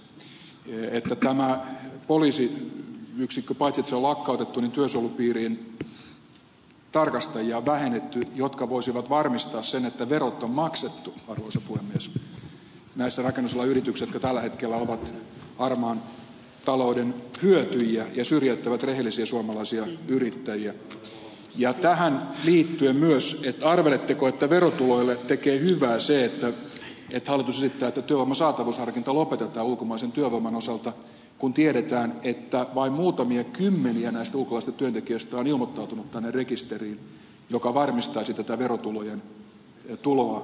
tulen verotukseen seuraavaksi että paitsi että tämä poliisiyksikkö on lakkautettu on vähennetty työsuojelupiirin tarkastajia jotka voisivat varmistaa sen että verot on maksettu arvoisa puhemies näissä rakennusalan yrityksissä jotka tällä hetkellä ovat harmaan talouden hyötyjiä ja syrjäyttävät rehellisiä suomalaisia yrittäjiä ja tähän liittyen myös arveletteko että verotuloille tekee hyvää se että hallitus esittää että työvoiman saatavuusharkinta lopetetaan ulkomaisen työvoiman osalta kun tiedetään että vain muutamia kymmeniä näistä ulkolaisista työntekijöistä on ilmoittautunut rekisteriin joka varmistaisi tätä verotulojen tuloa suomeen